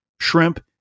shrimp